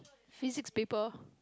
physic people